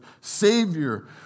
Savior